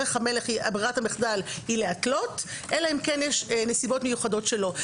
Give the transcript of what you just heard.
ברירת המחדל היא להתלות אלא אם כן יש נסיבות מיוחדות שלא.